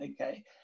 okay